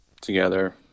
together